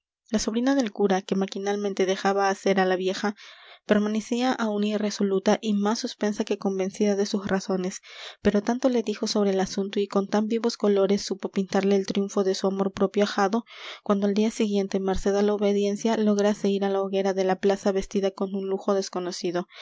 la sobrina del cura que maquinalmente dejaba hacer á la vieja permanecía aún irresoluta y más suspensa que convencida de sus razones pero tanto le dijo sobre el asunto y con tan vivos colores supo pintarle el triunfo de su amor propio ajado cuando al día siguiente merced á la obediencia lograse ir á la hoguera de la plaza vestida con un lujo desconocido